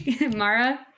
mara